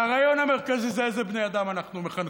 והרעיון המרכזי זה איזה בני אדם אנחנו מחנכים.